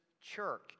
church